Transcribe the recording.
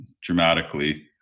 dramatically